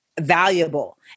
valuable